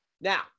Now